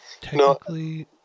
technically